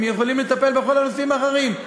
הם יכולים לטפל בכל הנושאים האחרים,